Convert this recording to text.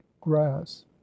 grass